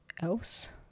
else